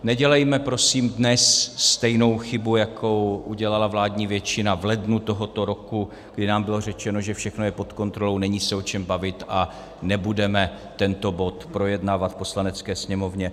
Nedělejme prosím dnes stejnou chybu, jako udělala vládní většina v lednu tohoto roku, kdy nám bylo řečeno, že všechno je pod kontrolou, není se o čem bavit a nebudeme tento bod projednávat v Poslanecké sněmovně.